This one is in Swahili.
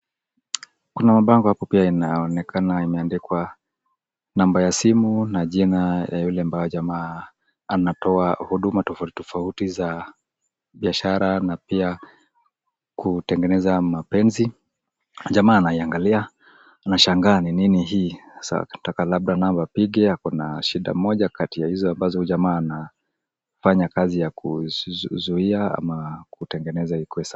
Kuna mabango hapo pia inaonekana imeandikwa namba ya simu na jina ya yule ambaye jamaa anatoa huduma tofauti tofauti za biashara na pia kutengeneza mapenzi, jamaa anaiangalia anashangaa ni nini hii, sasa akitaka labda namba apigie ako na shida moja kati ya hizo ambazo huyu jamaa anafanya kazi ya kuzuia ama kutengeneza ikuwe sawa.